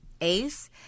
ace